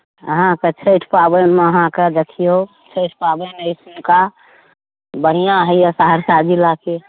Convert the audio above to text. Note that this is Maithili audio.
अहाँके छठि पाबनिमे अहाँके देखियौ छठि पाबनि एहिठुमका बढ़िआँ होइए सहरसा जिलाके